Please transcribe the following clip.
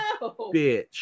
bitch